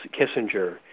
Kissinger